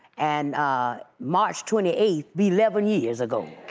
and march twenty eighth, be eleven years ago.